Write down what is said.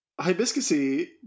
Hibiscusy